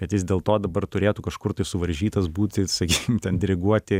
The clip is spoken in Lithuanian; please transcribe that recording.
kad jis dėl to dabar turėtų kažkur tai suvaržytas būti sakykim ten diriguoti